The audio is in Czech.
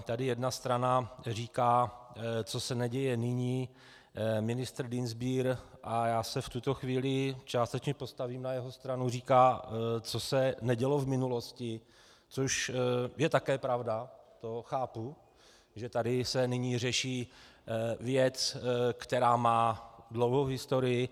Tady jedna strana říká, co se neděje nyní, ministr Dienstbier a já se v tuto chvíli částečně postavím na jeho stranu říká, co se nedělo v minulosti, což je také pravda, to chápu, že tady se nyní řeší věc, která má dlouhou historii.